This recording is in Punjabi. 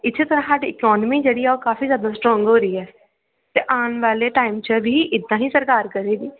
ਇਸੇ ਤਰ੍ਹਾਂ ਸਾਡੀ ਇਕਨੋਮੀ ਜਿਹੜੀ ਆ ਕਾਫੀ ਜ਼ਿਆਦਾ ਸਟਰੋਂਗ ਹੋ ਰਹੀ ਹੈ ਅਤੇ ਆਉਣ ਵਾਲੇ ਟਾਈਮ 'ਚ ਵੀ ਇੱਦਾਂ ਹੀ ਸਰਕਾਰ ਕਰੇਗੀ